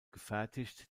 gefertigt